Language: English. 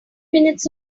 minutes